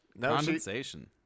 Condensation